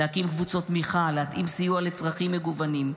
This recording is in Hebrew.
להקים קבוצות תמיכה, להתאים סיוע לצרכים מגוונים.